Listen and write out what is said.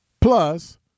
plus